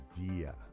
idea